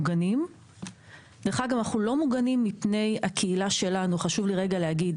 דרך אגב, חשוב לי להגיד